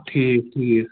ٹھیٖک ٹھیٖک